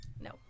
No